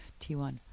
T1